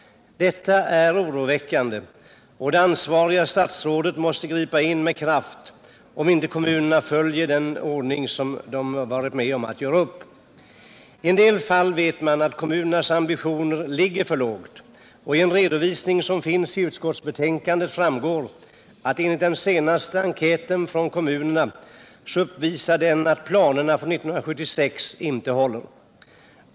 Detta är oroväckande och det ansvariga statsrådet måste gripa in med kraft, om inte kommunerna följer den ordning som de varit med om att fastställa. I en del fall vet man att kommunernas ambitioner ligger för lågt. Av en redovisning i utskottsbetänkandet framgår att den senaste enkäten beträffande kommunerna visar att planerna för 1976 inte håller.